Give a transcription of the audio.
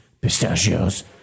pistachios